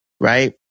right